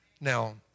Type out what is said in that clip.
Now